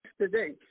today